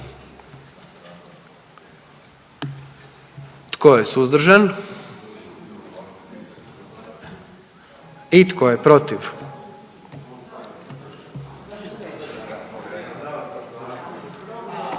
Tko je suzdržan? I tko je protiv?